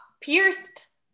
pierced